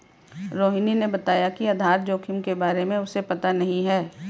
रोहिणी ने बताया कि आधार जोखिम के बारे में उसे पता नहीं है